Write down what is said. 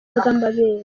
bw’amabere